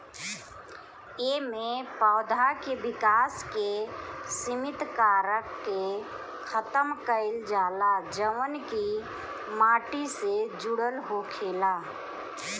एमे पौधा के विकास के सिमित कारक के खतम कईल जाला जवन की माटी से जुड़ल होखेला